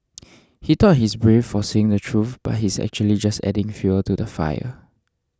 he thought he's brave for saying the truth but he's actually just adding fuel to the fire